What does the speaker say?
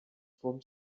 from